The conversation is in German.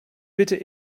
bitte